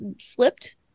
flipped